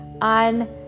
on